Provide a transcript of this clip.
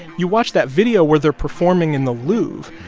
you watch that video where they're performing in the louvre.